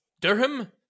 Durham